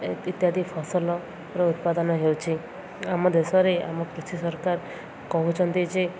ଇତ୍ୟାଦି ଫସଲର ଉତ୍ପାଦନ ହେଉଛି ଆମ ଦେଶରେ ଆମ କୃଷି ସରକାର କହୁଛନ୍ତି ଯେ